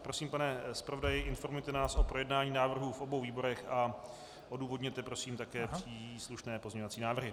Prosím, pane zpravodaji, informujte nás o projednání návrhu v obou výborech a odůvodněte prosím také příslušné pozměňovací návrhy.